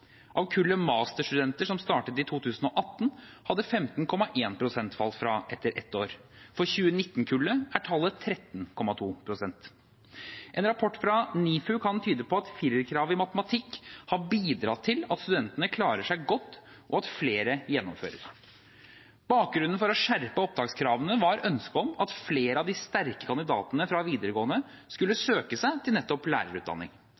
Av kullet med masterstudenter som startet i 2018, hadde 15,1 pst. falt fra etter ett år. For 2019-kullet var tallet 13,2 pst. En rapport fra NIFU kan tyde på at firerkravet i matematikk har bidratt til at studentene klarer seg godt, og at flere gjennomfører. Bakgrunnen for å skjerpe opptakskravene var ønsket om at flere av de sterke kandidatene fra videregående skulle søke seg til nettopp lærerutdanning.